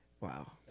Wow